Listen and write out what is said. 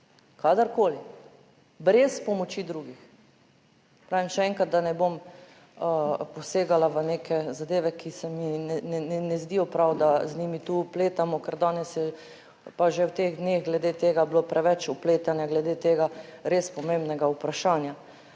kadarkoli brez pomoči drugih. Pravim še enkrat, da ne bom posegala v neke zadeve, ki se mi ne zdijo prav, da z njimi tu vpletamo, ker danes je pa že v teh dneh glede tega bilo preveč vpletanja glede tega res pomembnega vprašanja.